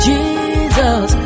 Jesus